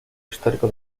histórico